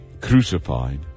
crucified